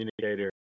communicator